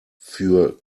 für